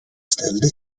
ställde